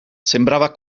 sembrava